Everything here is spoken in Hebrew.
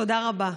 תודה רבה.